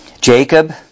Jacob